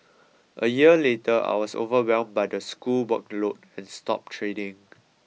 a year later I was overwhelmed by the school workload and stopped training